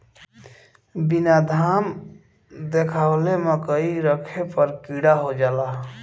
बीना घाम देखावले मकई रखे पर कीड़ा हो जाला